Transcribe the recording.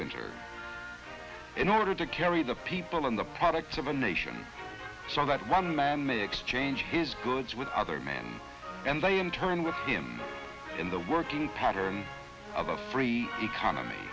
winter in order to carry the people in the products of a nation so that one man may exchange his goods with other man and i in turn with him in the working pattern of a free economy